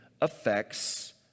affects